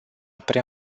prea